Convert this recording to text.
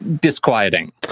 disquieting